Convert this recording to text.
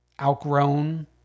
outgrown